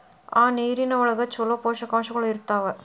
ಆ ನೇರಿನ ಒಳಗ ಚುಲೋ ಪೋಷಕಾಂಶಗಳು ಇರ್ತಾವ